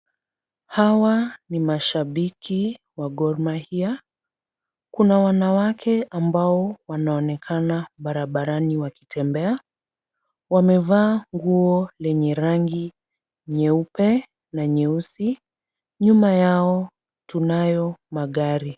Hawa ni mashabiki wa Gor Mahia. Kuna wanawake ambao wanaonekana barabarani wakitembea. Wamevaa nguo lenye rangi nyeupe na nyeusi. Nyuma yao tunayo magari.